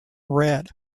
red